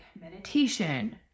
meditation